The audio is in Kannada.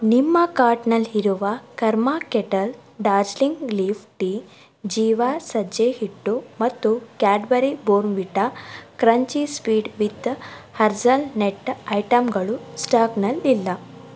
ನಿಮ್ಮ ಕಾರ್ಟ್ನಲ್ಲಿರುವ Karma kettle Darjeeling leaf tea ಜೀವ ಸಜ್ಜೆ ಹಿಟ್ಟು ಮತ್ತು Cadbury Bournvita crunchy spread with hazelnut ಐಟಮ್ಗಳು ಸ್ಟಾಕ್ನಲ್ಲಿ ಇಲ್ಲ